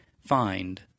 find